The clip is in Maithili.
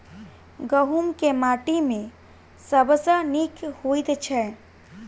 गहूम केँ माटि मे सबसँ नीक होइत छै?